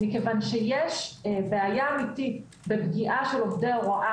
כי יש בעיה אמיתית בפגיעה של עובדי הוראה